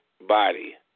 Body